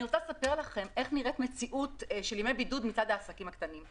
אני רוצה לספר לכם איך נראית מציאות של ימי בידוד מצד העסקים הקטנים.